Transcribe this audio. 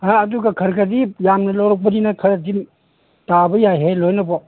ꯑꯗꯨꯒ ꯈꯔ ꯈꯔꯗꯤ ꯌꯥꯝꯅ ꯂꯧꯔꯛꯄꯅꯤꯅ ꯈꯔꯗꯤ ꯇꯥꯕ ꯌꯥꯏꯍꯦ ꯂꯣꯏꯅꯃꯛ